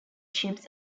ships